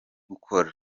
gukora